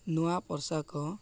ନୂଆ ପୋଷାକ